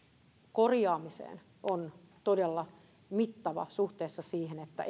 korjaamiseen on todella mittava suhteessa siihen että